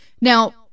Now